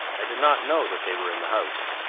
i did not know that they were in the house.